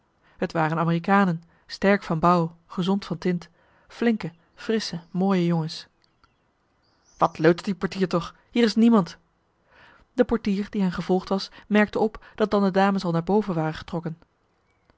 het waren amerikanen sterk van bouw gezond van tint flinke frissche mooie jongens wat leutert die portier toch hier is niemand de portier die hen gevolgd was merkte op dat dan de dames al naar boven waren getrokken